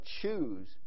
choose